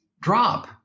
drop